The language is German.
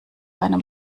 einem